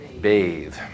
bathe